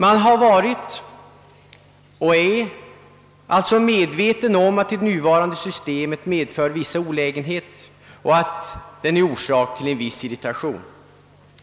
Man har alltså varit och är medveten om att det nuvarande systemet medför vissa olägenheter och att det orsakar viss irritation